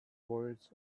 words